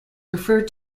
referred